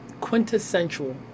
quintessential